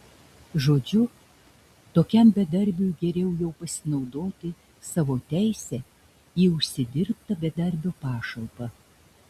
žodžiu tokiam bedarbiui geriau jau pasinaudoti savo teise į užsidirbtą bedarbio pašalpą